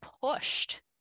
pushed